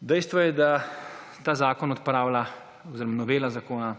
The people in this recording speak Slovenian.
Dejstvo je, da ta zakon odpravlja oziroma novela zakona